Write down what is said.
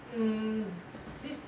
mm this